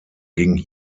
ging